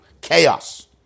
chaos